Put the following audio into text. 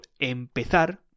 empezar